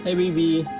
ah baby.